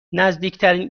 نزدیکترین